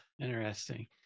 Interesting